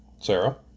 Sarah